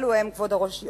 אלו הם, כבוד היושב-ראש,